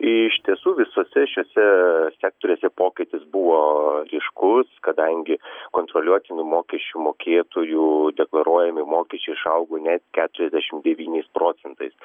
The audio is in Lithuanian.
iš tiesų visuose šiuose sektoriuose pokytis buvo ryškus kadangi kontroliuotinų mokesčių mokėtojų deklaruojami mokesčiai išaugo net keturiasdešim devyniais procentais